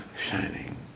shining